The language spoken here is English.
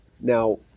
now